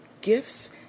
gifts